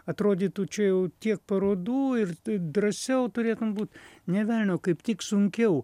atrodytų čia jau tiek parodų ir drąsiau turėtum būt nė velnio kaip tik sunkiau